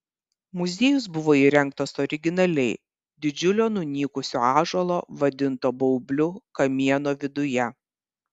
muziejus buvo įrengtas originaliai didžiulio nunykusio ąžuolo vadinto baubliu kamieno viduje